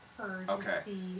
Okay